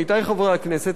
עמיתי חברי הכנסת,